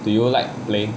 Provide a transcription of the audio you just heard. do you like games